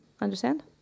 Understand